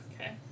Okay